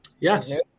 Yes